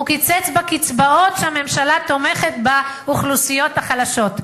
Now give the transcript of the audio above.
הוא קיצץ בקצבאות שהממשלה תומכת באוכלוסיות החלשות.